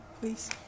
please